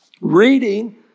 reading